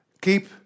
Keep